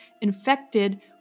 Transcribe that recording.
infected